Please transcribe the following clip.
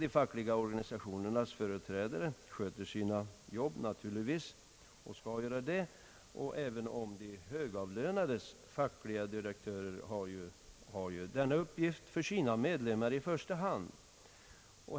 De fackliga organisationernas företrädare sköter naturligtvis sina jobb. Även de högavlönades fackliga direktörer har ju denna uppgift för sina medlemmar i första hand.